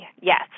yes